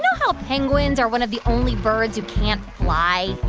how penguins are one of the only birds who can fly?